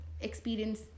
experience